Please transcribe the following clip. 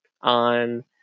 on